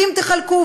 ואם תחלקו,